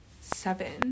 seven